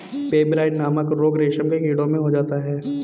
pebrine नामक रोग रेशम के कीड़ों में हो जाता है